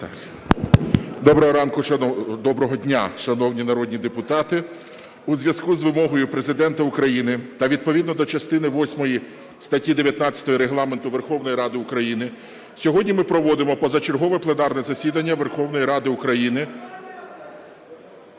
Доброго дня, шановні народні депутати! У зв'язку з вимогою Президента України та відповідно до частини восьмої статті 19 Регламенту Верховної Ради України сьогодні ми проводимо позачергове пленарне засідання Верховної Ради України.